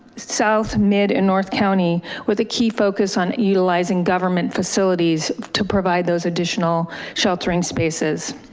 south mid in north county with a key focus on utilizing government facilities to provide those additional sheltering spaces.